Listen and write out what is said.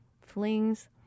Flings